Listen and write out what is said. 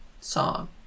Song